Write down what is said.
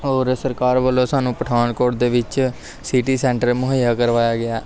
ਔਰ ਸਰਕਾਰ ਵੱਲੋਂ ਸਾਨੂੰ ਪਠਾਨਕੋਟ ਦੇ ਵਿੱਚ ਸਿਟੀ ਸੈਂਟਰ ਮੁਹੱਈਆ ਕਰਵਾਇਆ ਗਿਆ